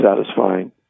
satisfying